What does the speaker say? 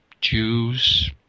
Jews